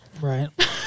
Right